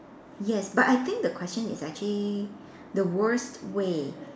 yes but I think the question is actually the worst way